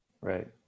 Right